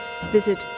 visit